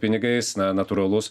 pinigais na natūralus